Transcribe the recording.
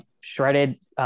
shredded